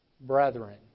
brethren